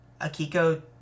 Akiko